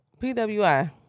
PWI